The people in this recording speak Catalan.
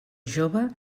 jove